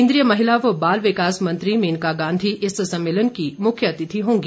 केन्द्रीय महिला व बाल विकास मंत्री मेनका गांधी इस सम्मेलन की मुख्य अतिथि होंगी